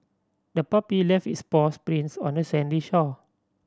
the puppy left its paws prints on the sandy shore